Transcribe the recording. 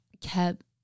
kept